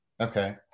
Okay